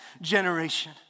generation